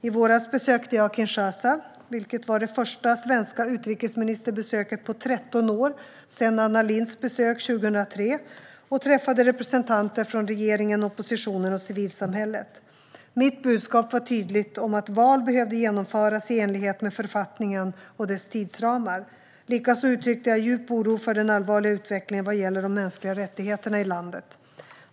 I våras besökte jag Kinshasa, vilket var det första svenska utrikesministerbesöket på 13 år sedan Anna Lindhs besök 2003, och träffade representanter från regeringen, oppositionen och civilsamhället. Mitt budskap var tydligt om att val behövde genomföras i enlighet med författningen och dess tidsramar. Likaså uttryckte jag djup oro för den allvarliga utvecklingen vad gäller de mänskliga rättigheterna i landet.